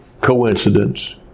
coincidence